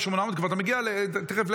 וכבר אתה מגיע תכף ל-10,000.